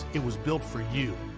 it was built for you,